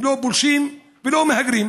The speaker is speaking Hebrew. הם לא פולשים ולא מהגרים,